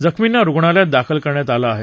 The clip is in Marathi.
जखमींना रुग्णालयात दाखल करण्यात आलं आहे